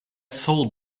salt